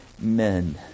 Men